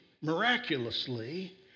miraculously